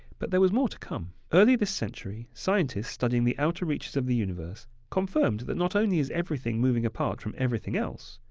but there was more to come. early this century, scientists studying the outer reaches of the universe confirmed that not only is everything moving apart from everything else,